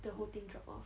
the whole thing drop off